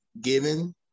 giving